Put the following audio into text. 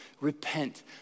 Repent